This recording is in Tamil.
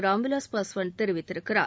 ராம்விலாஸ் பஸ்வான் தெரிவித்திருக்கிறார்